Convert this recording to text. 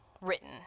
written